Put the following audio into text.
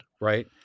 Right